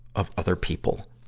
of other people,